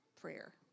prayer